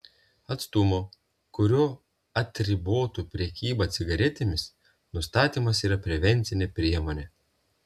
atstumo kuriuo atribotų prekybą cigaretėmis nustatymas yra prevencinė priemonė